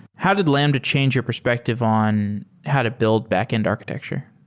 how did lambda change your perspective on how to build back-end architecture?